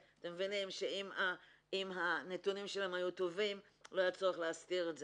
אתם מבינים שאם הנתונים שלהם היו טובים לא היה צריך להסתיר את זה.